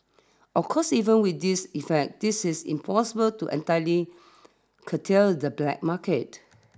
of course even with these efforts this is impossible to entirely curtail the black market